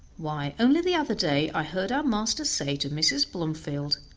why, only the other day i heard our master say to mrs. blomefield,